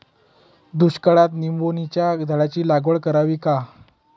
दुष्काळात निंबोणीच्या झाडाची लागवड करावी का?